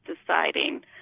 deciding